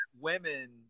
women